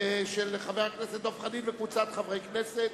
של חבר הכנסת דב חנין וקבוצת חברי הכנסת.